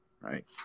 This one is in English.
Right